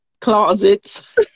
closets